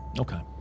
Okay